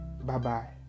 Bye-bye